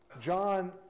John